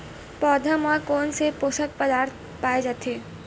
पौधा मा कोन से पोषक पदार्थ पाए जाथे?